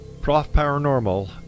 profparanormal